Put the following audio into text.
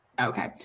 Okay